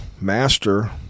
master